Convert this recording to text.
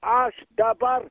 aš dabar